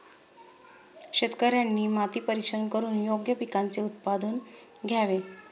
शेतकऱ्यांनी माती परीक्षण करून योग्य पिकांचे उत्पादन घ्यावे